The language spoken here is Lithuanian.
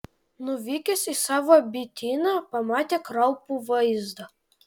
nuvykęs į savo bityną pamatė kraupų vaizdą